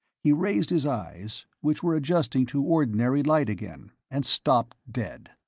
he raised his eyes, which were adjusting to ordinary light again, and stopped dead.